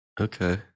Okay